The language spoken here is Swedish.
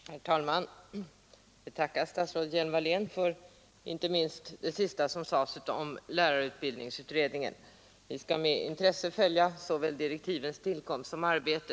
Herr talman! Jag tackar fru statsrådet Hjelm-Wallén, inte minst för detta sista om lärarutbildningsutredningen. Vi skall med intresse följa såväl direktivens tillkomst som utredningens arbete.